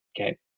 Okay